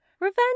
Revenge